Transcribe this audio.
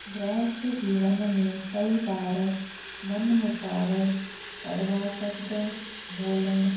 गृहस्थ जीवन में कई बार मनु मुटाव कड़वा शब्द ॿोलण